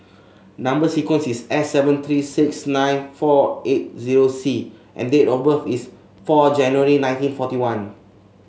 number sequence is S seven three six nine four eight zero C and date of birth is four January nineteen forty one